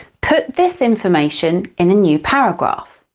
put this information in a new paragraph.